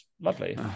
Lovely